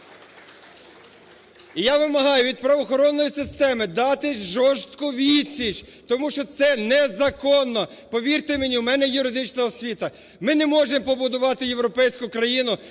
І я вимагаю від правоохоронної системи дати жорстку відсіч, тому що це незаконно! Повірте мені, в мене юридична освіта, ми не можемо побудувати європейську країну,